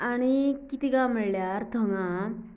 आनी कित गाय म्हणल्यार थंगा